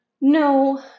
no